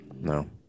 No